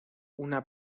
una